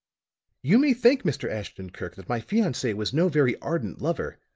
you may think, mr. ashton-kirk, that my fiance was no very ardent lover.